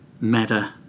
matter